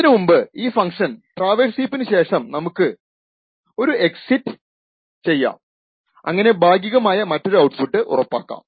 അതിനു മുൻപ് ഈ ഫങ്ക്ഷൻ ട്രാവേഴ്സ് ഹീപ്പിനു ശേഷം നമുക്ക് എക്സിറ്റ് ചെയ്യാം അങ്ങിനെ ഭാഗികമായ മറ്റൊരു ഔട്ട്പുട്ട് ഉറപ്പാക്കാം